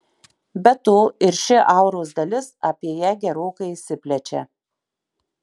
be to ir ši auros dalis apie ją gerokai išsiplečia